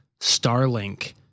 Starlink